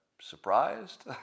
surprised